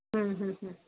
हम्म हम्म हम्म